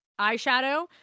eyeshadow